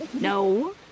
No